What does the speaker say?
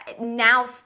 now